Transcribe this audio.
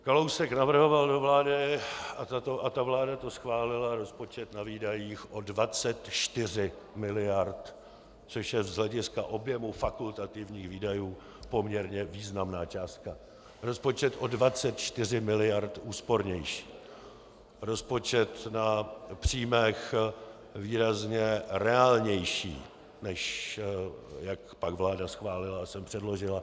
Kalousek navrhoval do vlády, a ta vláda to schválila, rozpočet na výdajích o 24 miliard, což je z hlediska objemu fakultativních výdajů poměrně významná částka, rozpočet o 24 miliard úspornější, rozpočet na příjmech výrazně reálnější, než jak pak vláda schválila a sem předložila.